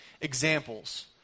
examples